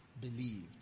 believed